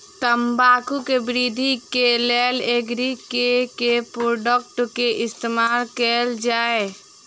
तम्बाकू केँ वृद्धि केँ लेल एग्री केँ के प्रोडक्ट केँ इस्तेमाल कैल जाय?